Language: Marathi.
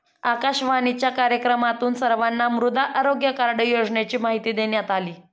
आकाशवाणीच्या कार्यक्रमातून सर्वांना मृदा आरोग्य कार्ड योजनेची माहिती देण्यात आली